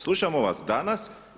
Slušamo vas danas.